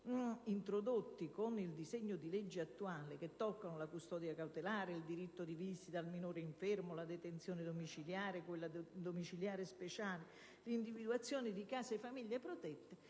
introdotti con il disegno di legge al nostro esame e che toccano la custodia cautelare, il diritto di visita al minore infermo, la detenzione domiciliare, quella domiciliare speciale e l'individuazione di case famiglia protette,